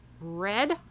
red